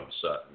certain